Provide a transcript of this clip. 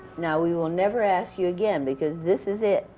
now, we will never ask you again, because this is it.